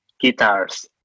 guitars